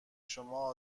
شما